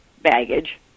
baggage